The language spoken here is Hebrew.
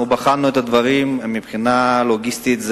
זה קשה מבחינה לוגיסטית,